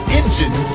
engine